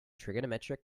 trigonometric